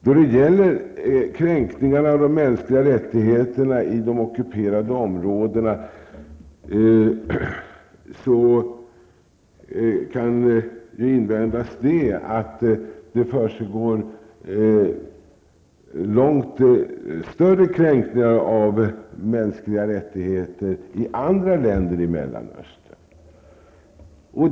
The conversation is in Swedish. Då det gäller kränkningarna av de mänskliga rättigheterna i de ockuperade områdena kan man ju invända att det försiggår långt större kränkningar av mänskliga rättigheter i andra länder i Mellanöstern.